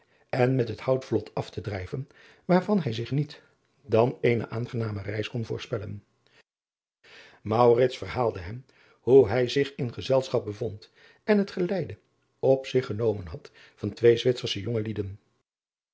en met het outvlot af te drijven waarvan hij zich niet dan eene aangename reis kon voorspellen verhaalde hem hoe hij zich in gezelschap bevond en het geleide op zich genomen had van twee witsersche jonge